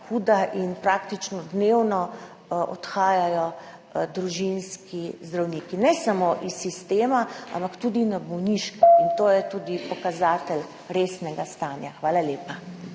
huda in praktično dnevno odhajajo družinski zdravniki. Ne samo iz sistema, ampak tudi na bolniške. Tudi to je pokazatelj resnega stanja. Hvala lepa.